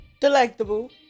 Delectable